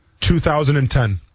2010